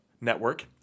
Network